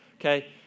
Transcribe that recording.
okay